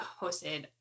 hosted